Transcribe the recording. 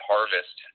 Harvest